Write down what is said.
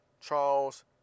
Charles